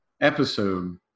episode